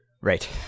Right